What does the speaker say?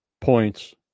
points